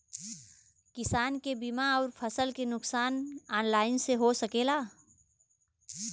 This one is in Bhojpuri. किसान के बीमा अउर फसल के नुकसान ऑनलाइन से हो सकेला?